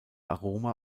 aroma